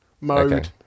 mode